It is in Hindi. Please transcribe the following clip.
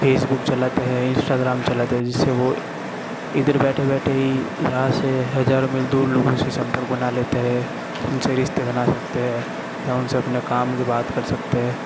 फेसबुक चलाते है इंस्टाग्राम चलाते हैं जिससे वो इधर बैठे बैठे ही यहाँ से हजारों मील दूर लोगों से संपर्क बना लेते है उनसे रिश्ते बना सकते है या उनसे अपने काम की बात कर सकते है